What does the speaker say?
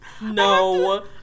No